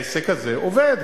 העסק הזה עובד.